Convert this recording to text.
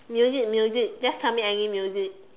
music music just tell me any music